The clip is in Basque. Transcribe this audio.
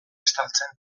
estaltzen